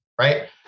Right